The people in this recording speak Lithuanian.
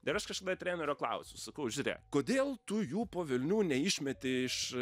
ir aš kažkada trenerio klausiu sakau žiūrėk kodėl tu jų po velnių neišmeti iš